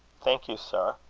thank you, sir,